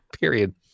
Period